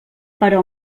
però